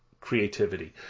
creativity